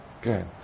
good